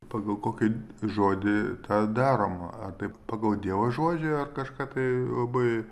pagal kokį žodį tą daroma ar tai pagal dievo žodžio ar kažką tai labai